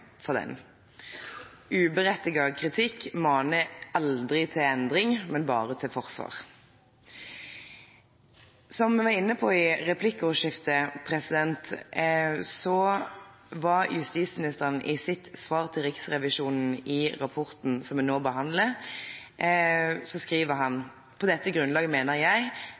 for den. Uberettiget kritikk maner aldri til endring, bare til forsvar. Som vi var inne på i replikkordskiftet, skrev justisministeren i sitt svar til Riksrevisjonen i rapporten som vi nå behandler: «På dette grunnlag mener jeg